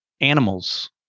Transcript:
animals